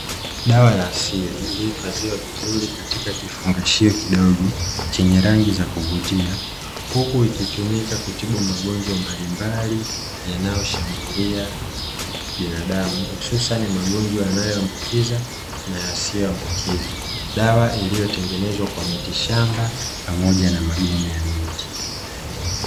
Dawa ya asili iliyohifadhiwa vizuri katika kifungashio kidogo chenye rangi za kuvutia huku ikitumika kutibu magonjwa mbalimbali yanayoshambulia binadamu hususani magonjwa yanayoambukiza na yasiyoambukiza. Dawa iliyotengenezwa kwa miti shamba pamoja na magome ya miti.